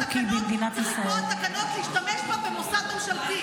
ועל פי חוק צריך לקבוע תקנות להשתמש בה במוסד ממשלתי.